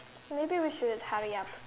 maybe we should hurry up